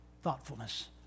thoughtfulness